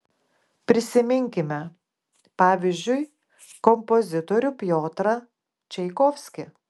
prisiminkime pavyzdžiui kompozitorių piotrą čaikovskį